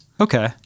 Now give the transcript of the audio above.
okay